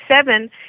seven